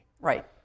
Right